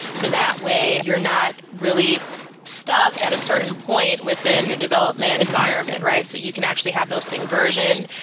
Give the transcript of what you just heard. so that way you're not really stuck at a certain point within your development environment, right? so you can actually have those thing versioned,